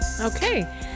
Okay